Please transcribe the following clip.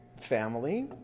family